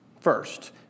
first